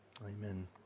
Amen